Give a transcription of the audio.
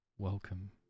Welcome